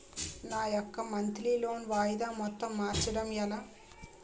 నా యెక్క monthly loan వాయిదా మొత్తం మార్చడం ఎలా?